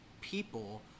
people